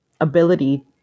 ability